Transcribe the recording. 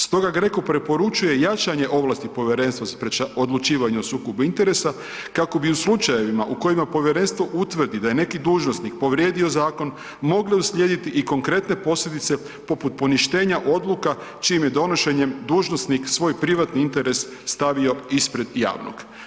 Stoga GRECO preporučuje jačanje ovlasti Povjerenstva o odlučivanju o sukobu interesa kako bi u slučajevima u kojima povjerenstvo utvrdi da je neki dužnosnik povrijedio zakon mogle uslijediti i konkretne posljedice poput poništenja odluka čijim je donošenjem dužnosnik svoj privatni interes stavio ispred javnog.